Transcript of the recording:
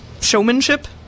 showmanship